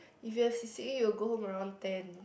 if you have C_C_A you'll go home around ten